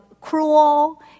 cruel